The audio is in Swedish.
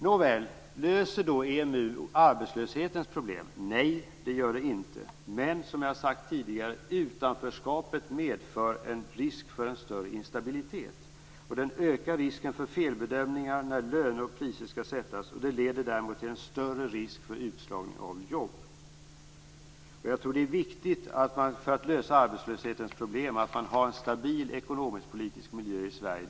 Nåväl, löser då EMU arbetslöshetens problem? Nej, det gör det inte. Men som jag har sagt tidigare innebär utanförskapet en risk för större instabilitet. Det ökar risken för felbedömningar när löner och priser skall sättas, och det leder till en större risk för utslagning av jobb. Om vi skall kunna lösa arbetslöshetens problem tror jag att det är viktigt att vi har en stabil ekonomisk-politisk miljö i Sverige.